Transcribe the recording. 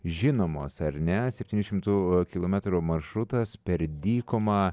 žinomos ar ne septynių šimtų kilometrų maršrutas per dykumą